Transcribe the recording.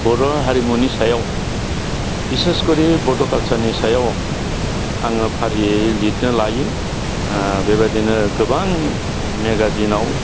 बर' हारिमुनि सायाव बिसेसखरि बड' कालसारनि सायाव आङो फारियै लिदनो लायो बेबायदिनो गोबां मेगाजिनाव